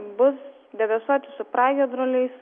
bus debesuoti su pragiedruliais